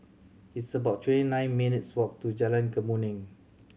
it's about twenty nine minutes' walk to Jalan Kemuning